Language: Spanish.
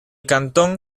cantón